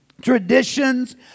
traditions